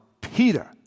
Peter